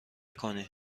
کنی